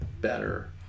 better